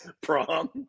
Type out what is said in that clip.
prom